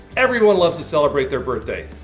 everyone loves to celebrate their birthday.